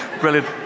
Brilliant